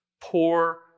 poor